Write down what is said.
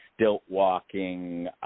stilt-walking